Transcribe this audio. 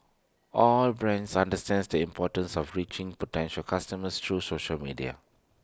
all brands understands the importance of reaching potential customers through social media